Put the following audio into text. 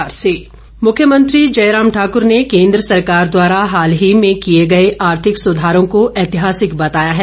जयराम पीसी मुख्यमंत्री जयराम ठाकुर ने केन्द्र सरकार द्वारा हाल ही में किए गए आर्थिक सुधारों को ऐतिहासिक बताया है